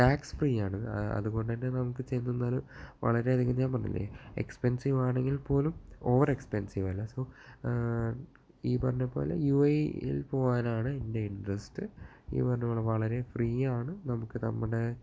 tax free ആണ് അതുകൊണ്ട് തന്നെ നമുക്ക് ചെല്ലുന്നത് വളരെയധികം ഞാന് പറഞ്ഞില്ലേ എക്സ്പെന്സീവാണെങ്കില് പോലും ഓവര് എക്സ്പെന്സീവല്ല സൊ ഈ പറഞ്ഞത് പോലെ യു എ ഇ യില് പോകാനാണ് എന്റെ ഇന്റെറസ്റ്റ് ഈ പറഞ്ഞത് പോലെ വളരെ ഫ്രീയാണ് നമുക്ക് നമ്മുടെ